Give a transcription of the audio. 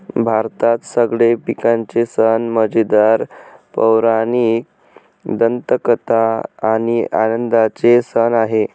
भारतात सगळे पिकांचे सण मजेदार, पौराणिक दंतकथा आणि आनंदाचे सण आहे